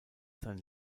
sein